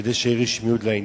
כדי שתהיה רשמיות לעניין.